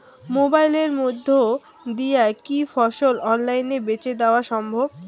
মোবাইলের মইধ্যে দিয়া কি ফসল অনলাইনে বেঁচে দেওয়া সম্ভব?